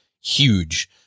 huge